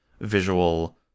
visual